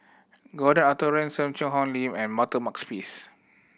Gordon Arthur Ransome Cheang Hong Lim and Walter Makepeace